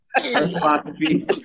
Philosophy